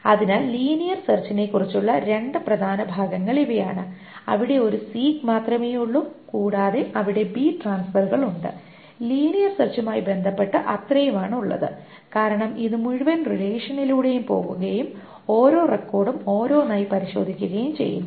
അതിനാൽ ലീനിയർ സെർച്ചിനെക്കുറിച്ചുള്ള രണ്ട് പ്രധാന ഭാഗങ്ങൾ ഇവയാണ് അവിടെ ഒരു സീക് മാത്രമേയുള്ളൂ കൂടാതെ അവിടെ ട്രാൻസ്ഫറുകൾ ഉണ്ട് ലീനിയർ സെർച്ചുമായി ബന്ധപ്പെട്ട് അത്രയുമാണ് ഉള്ളത് കാരണം ഇത് മുഴുവൻ റിലേഷനിലൂടെയും പോകുകയും ഓരോ റെക്കോർഡും ഓരോന്നായി പരിശോധിക്കുകയും ചെയ്യുന്നു